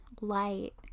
light